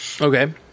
Okay